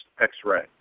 X-ray